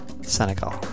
Senegal